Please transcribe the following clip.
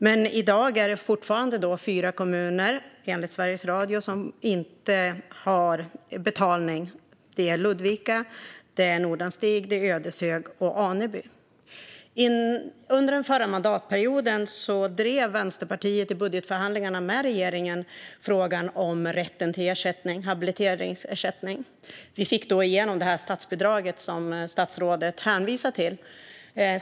Men i dag är det enligt Sveriges Radio fortfarande fyra kommuner som inte har betalning: Ludvika, Nordanstig, Ödeshög och Aneby. Under den förra mandatperioden drev Vänsterpartiet i budgetförhandlingarna med regeringen frågan om rätten till habiliteringsersättning. Vi fick då igenom det statsbidrag som statsrådet hänvisar till.